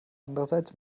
andererseits